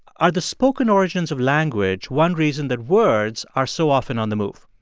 are the spoken origins of language one reason that words are so often on the move?